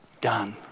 done